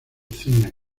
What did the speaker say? cine